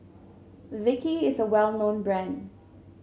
Vichy is a well known brand